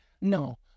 No